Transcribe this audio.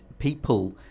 People